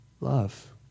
Love